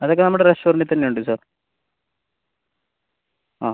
അതൊക്കെ നമ്മുടെ റെസ്റ്റോറൻറ്റിൽ തന്നെ ഉണ്ട് സാർ ആ